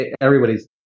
everybody's